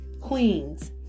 queens